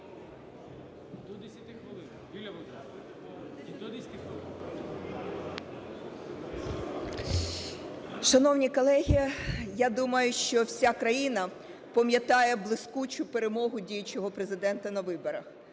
Шановні колеги, я думаю, що вся країна пам'ятає блискучу перемогу діючого Президента на виборах.